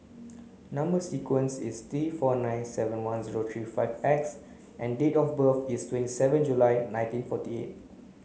number sequence is T four nine seven one zero three five X and date of birth is twenty seven July nineteen forty eight